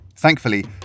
Thankfully